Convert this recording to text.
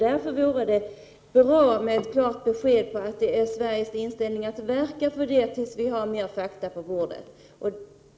Därför vore det bra med ett klart besked om att det är Sveriges inställning att verka för detta tills man har fler fakta på bordet.